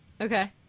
Okay